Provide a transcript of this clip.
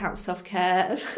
self-care